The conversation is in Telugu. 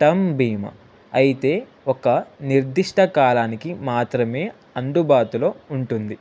టర్మ్ బీమా అయితే ఒక నిర్దిష్ట కాలానికి మాత్రమే అందుబాటులో ఉంటుంది